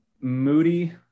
Moody